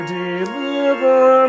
deliver